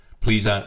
Please